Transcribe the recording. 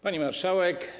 Pani Marszałek!